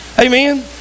Amen